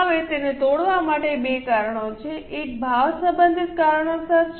હવે તેને તોડવા માટે 2 કારણો છે એક ભાવ સંબંધિત કારણોસર છે